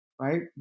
right